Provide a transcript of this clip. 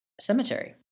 cemetery